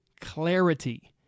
clarity